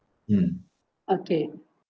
mm okay